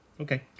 okay